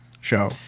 show